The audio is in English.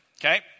Okay